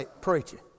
preaching